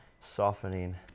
softening